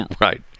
Right